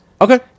Okay